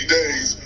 days